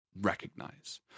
recognize